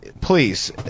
please